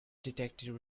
detective